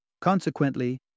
Consequently